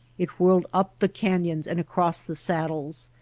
it whirled up the canyons and across the saddles,